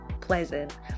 pleasant